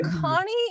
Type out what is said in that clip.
Connie